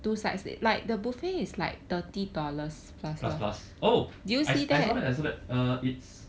plus plus oh I I saw that I saw that it's